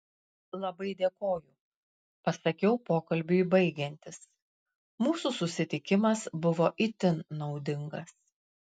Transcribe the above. labai dėkoju pasakiau pokalbiui baigiantis mūsų susitikimas buvo itin naudingas